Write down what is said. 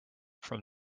from